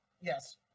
Yes